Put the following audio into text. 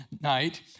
night